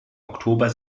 oktober